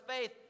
faith